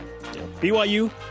BYU